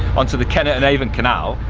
onto the kennet and avon canal,